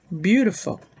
beautiful